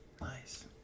Nice